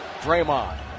Draymond